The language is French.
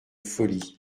folie